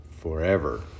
forever